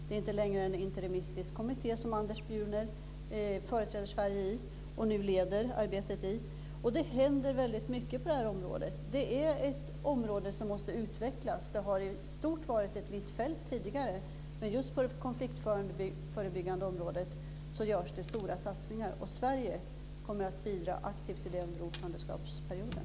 Det är inte längre en interimistisk kommitté som Anders Bjurner företräder Sverige i och nu leder arbetet i. Det händer väldigt mycket på det här området. Det är ett område som måste utvecklas. Det har i stort sett varit ett vitt fält tidigare. Men just på det konfliktförebyggande området görs det stora satsningar, och Sverige kommer att bidra aktivt till det under ordförandeskapsperioden.